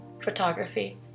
photography